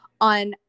on